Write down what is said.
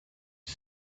you